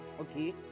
Okay